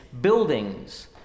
buildings